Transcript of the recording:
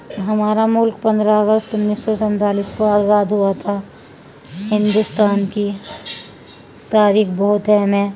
ہمارا ملک پندرہ اگست انیس سو سینتالیس کو آزاد ہوا تھا ہندوستان کی تاریخ بہت اہم ہے